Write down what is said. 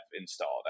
installed